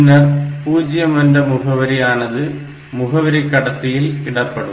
பின்னர் பூஜ்ஜியம் என்ற முகவரி ஆனது முகவரி கடத்தியில் இடப்படும்